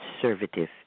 conservative